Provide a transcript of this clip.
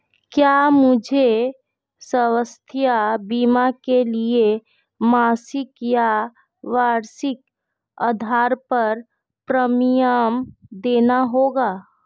क्या मुझे स्वास्थ्य बीमा के लिए मासिक या वार्षिक आधार पर प्रीमियम देना होगा?